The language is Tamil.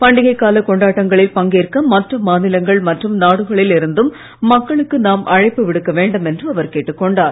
பண்டிகை காலக் கொண்டாட்டங்களில் பங்கேற்க மற்ற மாநிலங்கள் மற்றும் நாடுகளில் இருந்தும் மக்களுக்கு நாம் அழைப்பு விடுக்க வேண்டும் என்று அவர் கேட்டுக் கொண்டார்